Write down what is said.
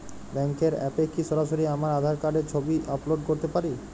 ব্যাংকের অ্যাপ এ কি সরাসরি আমার আঁধার কার্ড র ছবি আপলোড করতে পারি?